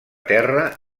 terra